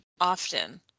Often